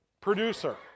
producer